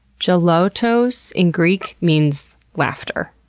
gelotos, in greek, means laughter.